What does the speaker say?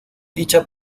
dicha